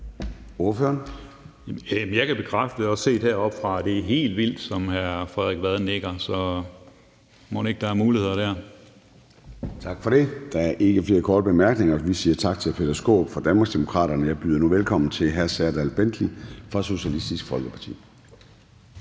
Skaarup (DD): Jeg kan bekræfte, også set heroppefra, at det er helt vildt, som hr. Frederik Vad nikker. Så mon ikke, at der er muligheder der. Kl. 17:22 Formanden (Søren Gade): Tak for det. Der er ikke flere korte bemærkninger. Vi siger tak til hr. Peter Skaarup fra Danmarksdemokraterne. Jeg byder nu velkommen til hr. Serdal Benli fra Socialistisk Folkeparti.